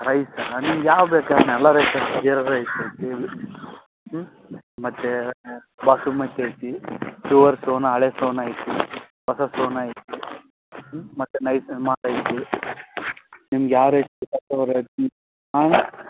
rice ನಿಮ್ಗೆ ಯಾವ ಬೇಕು ಅಣ್ಣ ಎಲ್ಲ ರೈಸ್ ಐತಿ ಜೀರ ರೈಸ್ ಐತಿ ಹ್ಞೂ ಮತ್ತು ಬಾಸುಮತಿ ಐತಿ ಸೋನಾ ಹಳೆ ಸೋನಾ ಐತಿ ಹೊಸ ಸೋನಾ ಐತಿ ಹ್ಞೂ ಮತ್ತು ಐತಿ ನಿಮ್ಗೆ ಯಾವ ರೈಸ್ ಹಾಂ ಅಣ್ಣ